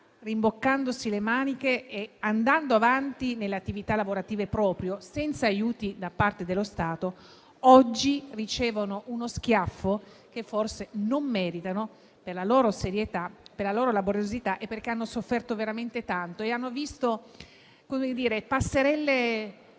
rimboccandosi le maniche e andando avanti nelle proprie attività lavorative senza aiuti da parte dello Stato. Oggi ricevono uno schiaffo che forse non meritano, per la loro serietà, per la loro laboriosità e perché hanno sofferto veramente tanto e hanno visto passerelle